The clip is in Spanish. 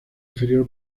inferior